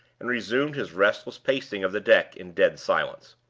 and resumed his restless pacing of the deck in dead silence.